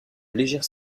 légère